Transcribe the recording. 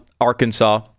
Arkansas